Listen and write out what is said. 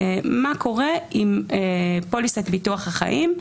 מה קורה עם פוליסת ביטוח החיים?